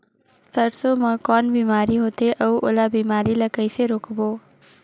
सरसो मा कौन बीमारी होथे अउ ओला बीमारी ला कइसे रोकबो?